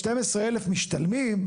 12,000 משתלמים,